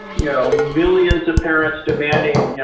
you know, millions of parents demanding, you know,